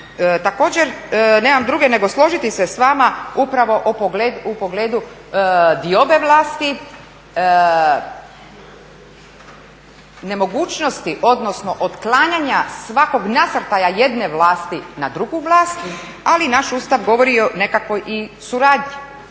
Također, nemam druge nego složiti se s vama upravo u pogledu diobe vlasti, nemogućnosti, odnosno otklanjanja svakog nasrtaja jedne vlasti na drugu vlast, ali naš Ustav govori o nekakvoj i suradnji